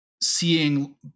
seeing